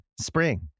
Spring